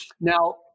Now